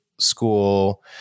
school